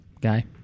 Guy